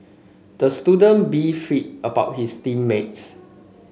the student beefed about his team mates